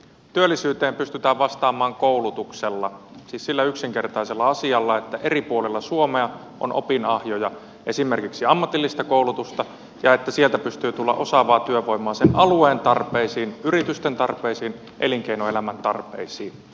työllisyyteen pystytään vastaamaan koulutuksella siis sillä yksinkertaisella asialla että eri puolilla suomea on opinahjoja esimerkiksi ammatillista koulutusta ja että sieltä pystyy tulemaan osaavaa työvoimaa sen alueen tarpeisiin yritysten tarpeisiin elinkeinoelämän tarpeisiin